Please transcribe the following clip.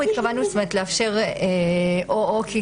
התכוונו לאפשר או את זה או את זה,